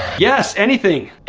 yes, anything.